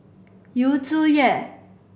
Yu Zhuye